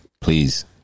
Please